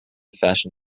fasten